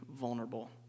vulnerable